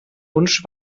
wunsch